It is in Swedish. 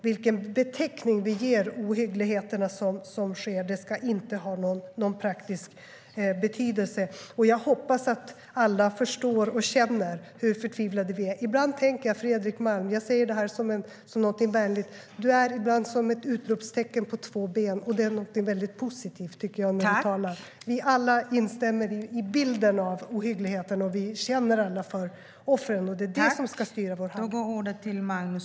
Vilken beteckning vi ger ohyggligheterna som sker ska inte ha någon praktisk betydelse. Jag hoppas att alla förstår och känner hur förtvivlade vi är. Ibland tänker jag, Fredrik Malm - jag säger det som något vänligt - att du är som ett utropstecken på två ben när du talar, och det tycker är något väldigt positivt. Vi instämmer alla i bilden av ohyggligheterna och känner alla för offren. Det är det som ska styra vårt handlande.